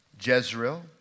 Jezreel